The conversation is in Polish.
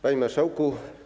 Panie Marszałku!